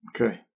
Okay